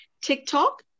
tiktok